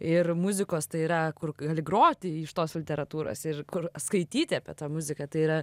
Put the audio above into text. ir muzikos tai yra kur gali groti iš tos literatūros ir kur skaityti apie tą muziką tai yra